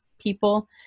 people